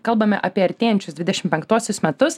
kalbame apie artėjančius dvidešimt penktuosius metus